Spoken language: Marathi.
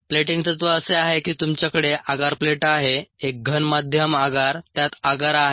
प्लेटिंग तत्त्व असे आहे की तुमच्याकडे अगार प्लेट आहे एक घन माध्यम अगार त्यात अगार आहे